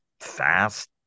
fast